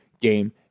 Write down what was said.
game